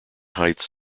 heights